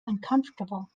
uncomfortable